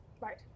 Right